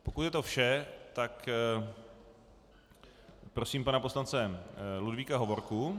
Pokud je to vše, tak prosím pana poslance Ludvíka Hovorku.